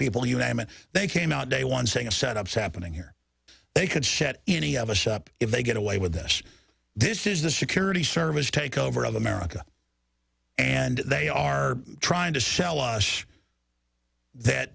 it they came out day one saying a set ups happening here they could shed any of us up if they get away with this this is the security service takeover of america and they are trying to sell us that